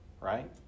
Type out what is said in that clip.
right